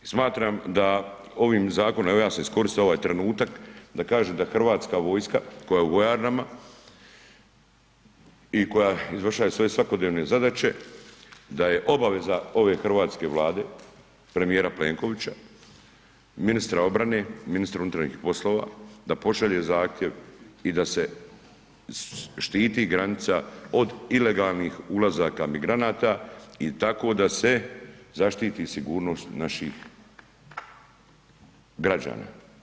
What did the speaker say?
Smatram da ovim zakonom, evo ja sam iskoristio ovaj trenutak da kažem da hrvatska vojska koja je u vojarnama i koja izvršaje svoje svakodnevne zadaće da je obaveza ove Hrvatske vlade, premijera Plenkovića, ministra obrane, ministra MUP-a da pošalje zahtjev i da se štiti granica od ilegalnih ulazaka migranata i tako da se zaštiti sigurnost naših građana.